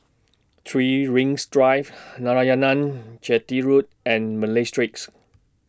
three Rings Drive Narayanan Chetty Road and Malay Street